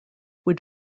would